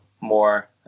more